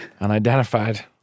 Unidentified